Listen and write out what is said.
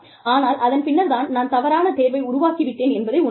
ஆனால் அதன் பின்னர் தான் நான் தவறான தேர்வை உருவாக்கி விட்டேன் என்பதை உணர்கிறேன்